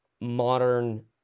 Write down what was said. modern